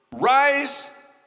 rise